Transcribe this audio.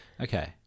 Okay